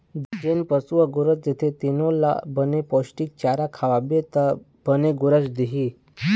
जेन पशु ह गोरस देथे तेनो ल बने पोस्टिक चारा खवाबे त बने गोरस दिही